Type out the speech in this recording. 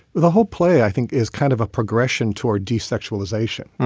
the whole play, i think is kind of a progression toward deep sexualization.